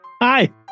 Hi